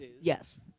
Yes